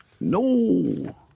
No